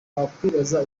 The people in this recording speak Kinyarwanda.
wakwibaza